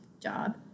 job